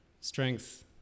strength